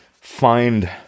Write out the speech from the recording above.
find